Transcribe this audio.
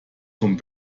vom